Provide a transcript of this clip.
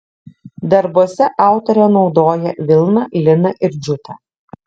darbuose autorė naudoja vilną liną ir džiutą